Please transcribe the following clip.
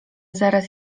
zaraz